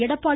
Edappadi